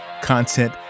content